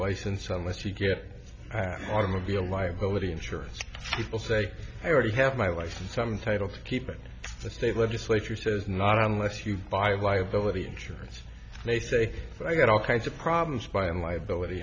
license unless you get automobile liability insurance people say i already have my life some title to keep it the state legislature says not unless you buy liability insurance they say i got all kinds of problems by and liability